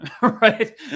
Right